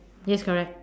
yes correct